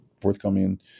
forthcoming